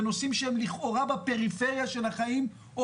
בנושאים שהם לכאורה בפריפריה של החיים או